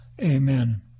Amen